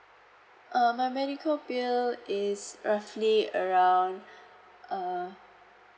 uh my medical bill is roughly around uh